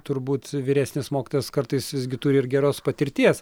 turbūt vyresnis mokytojas kartais visgi turi ir geros patirties